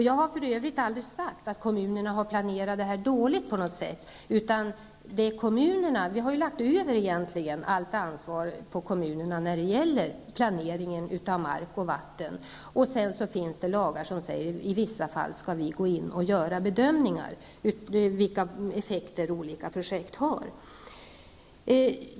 Jag har för övrigt aldrig sagt att kommunerna på något sätt har planerat detta dåligt. Vi har ju egentligen på kommunerna lagt över allt ansvar för planeringen i fråga om mark och vatten, och det finns sedan lagar som säger att vi i vissa fall skall gå in och göra bedömningar av vilka effekter olika projekt har.